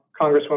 Congresswoman